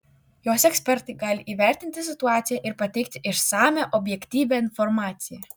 jos ekspertai gali įvertinti situaciją ir pateikti išsamią objektyvią informaciją